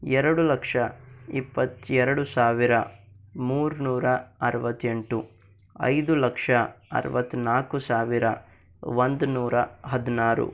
ಎರಡು ಲಕ್ಷ ಇಪ್ಪತ್ತೆರಡು ಸಾವಿರ ಮೂರು ನೂರ ಅರವತ್ತೆಂಟು ಐದು ಲಕ್ಷ ಅರವತ್ತನಾಲ್ಕು ಸಾವಿರ ಒಂದು ನೂರ ಹದಿನಾರು